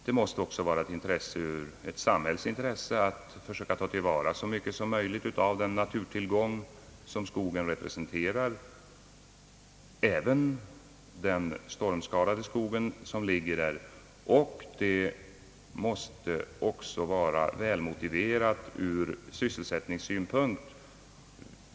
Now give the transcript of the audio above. Det måste också vara ett samhällets intresse att försöka ta till vara så mycket som möjligt av den naturtillgång som skogen representerar — även stormskadad skog. Detta måste också vara välmotiverat ur sysselsättningssynpunkt.